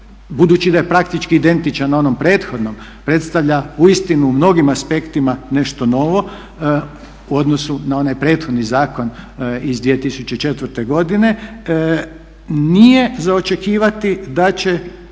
budući da je praktički identičan onom prethodnom predstavlja uistinu u mnogim aspektima nešto novo u odnosu na onaj prethodni zakon iz 2004. godine. Nije za očekivati da će